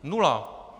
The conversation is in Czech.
Nula!